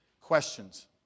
Questions